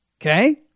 Okay